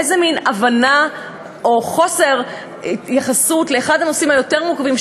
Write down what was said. איזה מין הבנה או חוסר התייחסות לאחד מהנושאים היותר-מורכבים,